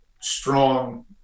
strong